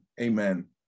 Amen